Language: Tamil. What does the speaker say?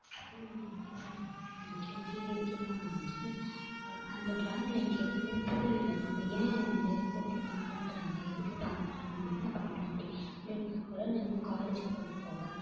அதுவும் நல்லால்லாம் வரையல கொஞ்சம் கிறுக்கி கிறுக்கி தான் வரைஞ்சேன் அந்த டிராயிங்கில் எனக்கு எதுலேயுமே புரியல நம்ம ஏன் நம்மள ஏன் கூப்பிட்டு பாராட்டுறாங்க எதுக்கு பாராட்டுறாங்க நம்ம என்ன பண்ணிவிட்டோம் அப்படி அப்படின் பார்க்கக்குள்ள நான் இன்னும் காலேஜ் போக போக